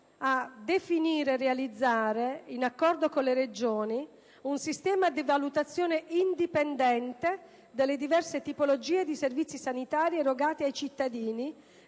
a definire e realizzare, in accordo con le Regioni, un sistema di valutazione indipendente delle diverse tipologie di servizi sanitari erogati ai cittadini